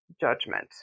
judgment